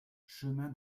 chemin